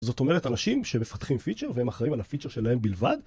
זאת אומרת אנשים שמפתחים פיצ'ר והם אחראים על הפיצ'ר שלהם בלבד